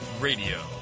Radio